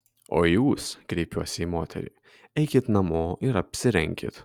o jūs kreipiuos į moterį eikit namo ir apsirenkit